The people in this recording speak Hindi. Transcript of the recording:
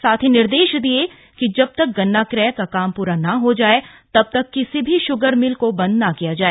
उन्होंने निर्देश दिये कि जब तक गन्ना क्रय का काम पूरा न हो जाए तब तक किसी भी श्गर मिल को बन्द न किया जाय